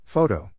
Photo